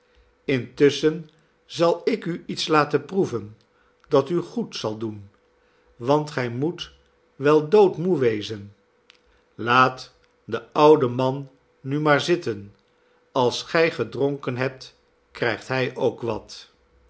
intusschen zal ik u iets laten proeven dat u goed zal doen want gij moet wel doodmoede wezen laat den ouden man nu maar zitten als gij gedronken hebt krijgt hij ook wat